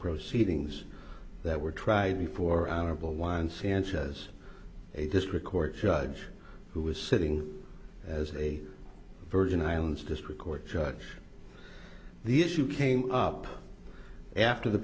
proceedings that were tried before honorable one sanchez a disk record judge who was sitting as a virgin islands district court judge the issue came up after the